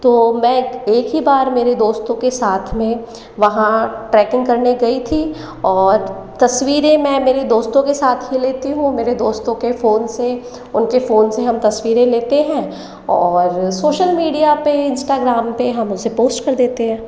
तो मैं एक ही बार मेरे दोस्तों के साथ में वहाँ ट्रैकिंग करने गई थी और तस्वीरें मैं मेरे दोस्तों के साथ ही लेती हूँ मेरे दोस्तों के फोन से उनके फोन से हम तस्वीरें लेते है और सोशल मीडिया पर इंस्टाग्राम पर हम उसे पोस्ट कर देते हैं